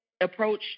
approach